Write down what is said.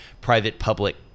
private-public